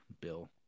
Bill